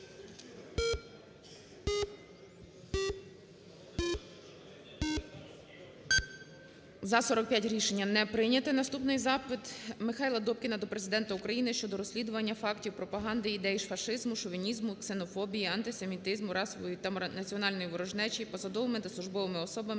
за-45 Рішення не прийнято. Наступний запит. МихайлаДобкіна до Президента України щодо розслідування фактів пропаганди ідей фашизму, шовінізму, ксенофобії, антисемітизму, расової та національної ворожнечі посадовими та службовими особами